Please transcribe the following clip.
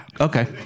Okay